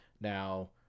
Now